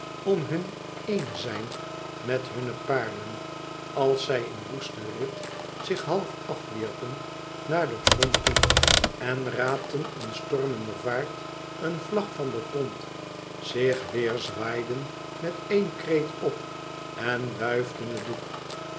om hun één zijn met hunne paarden als zij in woesten rit zich half afwierpen naar den grond toe en raapten in stormender vaart een vlag van den grond zich weêr zwaaiden met éen kreet op en wuifden het doek